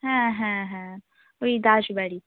হ্যাঁ হ্যাঁ হ্যাঁ ওই দাস বাড়ি